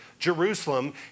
Jerusalem